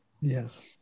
Yes